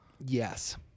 Yes